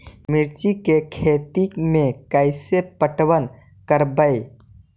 मिर्ची के खेति में कैसे पटवन करवय?